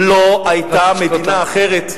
לא היתה מדינה אחרת.